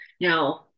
Now